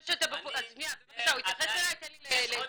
שניה, בבקשה, הוא התייחס אלי, תן לי להגיב.